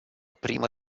prima